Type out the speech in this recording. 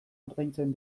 ordaintzen